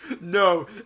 No